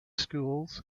schools